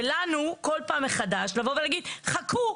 ולנו כל פעם מחדש לבוא ולהגיד 'חכו',